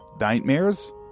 nightmares